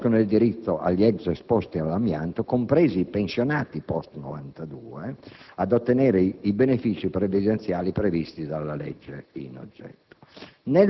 riconosciuto il diritto ai lavoratori ex esposti all'amianto, compresi i pensionati *post* 1992, ad ottenere i benefìci previdenziali previsti dalla legge in oggetto.